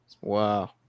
wow